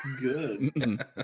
good